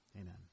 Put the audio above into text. Amen